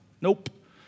Nope